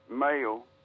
Male